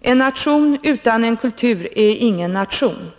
En nation utan en kultur är ingen nation.